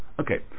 Okay